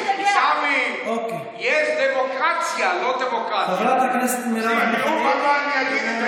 איזו דמוקרטיה הייתה היום בוועדה המסדרת?